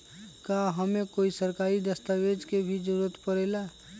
का हमे कोई सरकारी दस्तावेज के भी जरूरत परे ला?